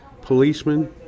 policemen